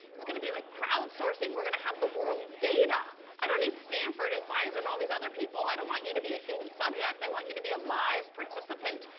it's going to be like crowdsourcing. we're going to have the world's data. i don't need stanford, and pfizer, and all these other people. i don't want you to be a human subject. i want it to be a live participant,